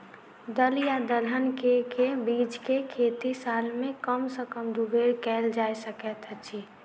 दल या दलहन केँ के बीज केँ खेती साल मे कम सँ कम दु बेर कैल जाय सकैत अछि?